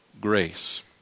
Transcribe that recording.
grace